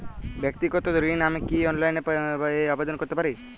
ব্যাক্তিগত ঋণ আমি কি অনলাইন এ আবেদন করতে পারি?